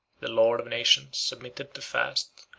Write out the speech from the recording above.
the lord of nations submitted to fast,